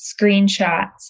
screenshots